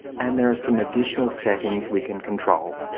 and there are some additional setting we can control,